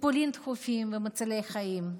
טיפולים דחופים ומצילי חיים.